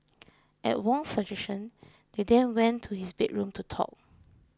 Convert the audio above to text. at Wong's suggestion they then went to his bedroom to talk